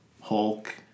Hulk